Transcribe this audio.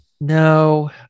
No